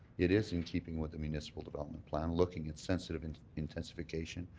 it is in keeping with the municipal development plan looking at sensitive and intensification,